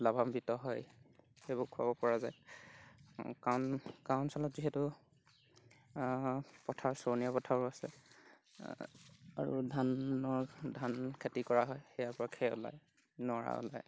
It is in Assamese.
লাভান্বিত হয় সেইবোৰ খোৱাব পৰা যায় কাৰণ গাঁও অঞ্চলত যিহেতু পথাৰ চৰণীয়া পথাৰো আছে আৰু ধানৰ ধান খেতি কৰা হয় সেয়া পৰা খেৰ ওলায় নৰা ওলায়